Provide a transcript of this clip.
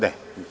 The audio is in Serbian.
Ne.